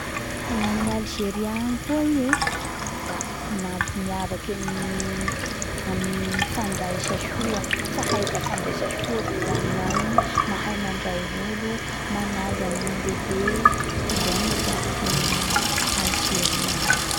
Gnany Algerie agny kua i e da ma miavaky amin'ny amy fandraisa soa fahaiza fandray soa reo amignagny mahay manray olo magnaja ny olo ndehibe izay mapiavaky any Algerie agny.